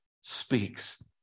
speaks